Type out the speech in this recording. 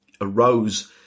arose